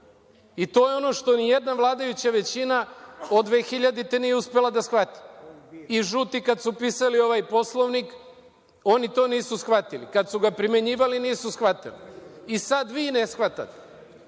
i to je ono što ni jedna vladajuća većina od 2000. godine nije uspela da shvati. I žuti kada su pisali ovaj Poslovnik, oni to nisu shvatili. Kad su ga primenjivali nisu shvatili, i sad vi ne shvatate. Poslanici